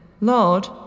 Lord